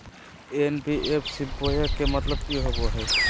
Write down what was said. NBFC बोया के मतलब कि होवे हय?